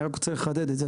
אני רוצה לחדד את זה,